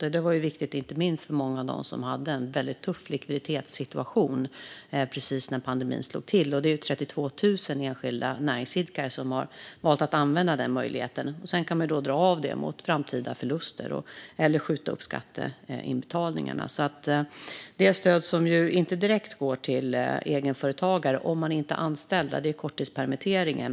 Det har varit viktigt för inte minst många av dem som hade en väldigt tuff likviditetssituation precis när pandemin slog till. 32 000 enskilda näringsidkare har valt att använda denna möjlighet. Man kan sedan dra av detta mot framtida förluster eller skjuta upp skatteinbetalningar. Det stöd som inte direkt går till egenföretagare - såvida man inte har anställda - är korttidspermitteringen.